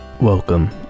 Welcome